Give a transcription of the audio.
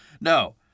No